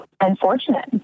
unfortunate